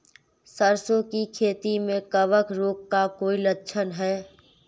सरसों की खेती में कवक रोग का कोई लक्षण है?